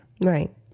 Right